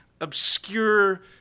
obscure